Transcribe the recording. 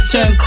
Ten